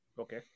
Okay